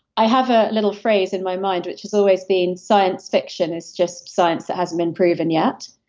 i have a little phrase in my mind, which has always been, science fiction is just science that hasn't been proven yet.